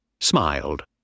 Smiled